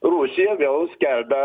rusija vėl skelbia